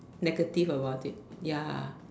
negative about it ya